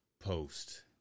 post